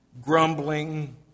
grumbling